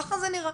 כך זה נראה.